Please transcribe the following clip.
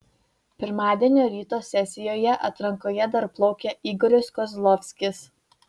pirmadienio ryto sesijoje atrankoje dar plaukė igoris kozlovskis